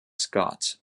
scott